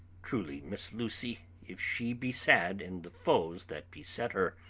truly miss lucy, if she be sad in the foes that beset her,